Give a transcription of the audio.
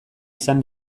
izan